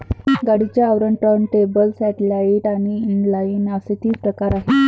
गाठीचे आवरण, turntable, satellite आणि इनलाइन असे तीन प्रकार आहे